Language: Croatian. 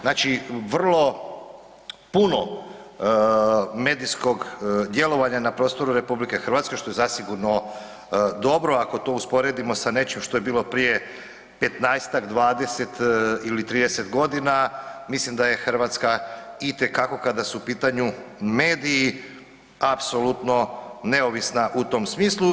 Znači vrlo puno medijskog djelovanja na prostoru RH što je zasigurno dobro, ako to usporedimo sa nečim što je bilo prije 15-tak, 20 ili 30 godina, mislim da je Hrvatska itekako, kada su u pitanju mediji, apsolutno neovisna u tom smislu.